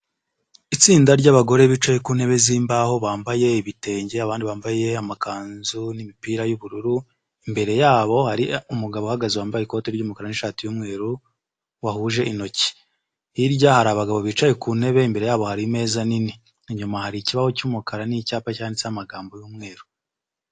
Itsinda ry'abagore bicaye ku ntebe z'imbaho bambaye ibitenge abandi bambaye amakanzu n'imipira y'ubururu, imbere yabo hari umugabo uhagaze wambaye ikoti ry'umukara n'ishati y'umweru wahuje intoki, hirya hari abagabo bicaye ku ntebe imbere yabo hari imeza nini, inyuma hari ikibaho cy'umukara n'icyapa cyanditseho amagambo y'umweru.